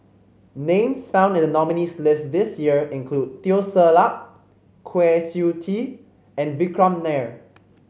names found in the nominees' list this year include Teo Ser Luck Kwa Siew Tee and Vikram Nair